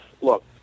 look